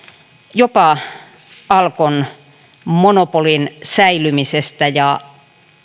jopa alkon monopolin säilymisestä ja